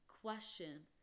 question